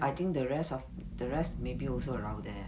I think the rest of the rest maybe also around there